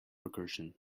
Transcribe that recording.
recursion